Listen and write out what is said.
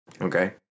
okay